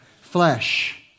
Flesh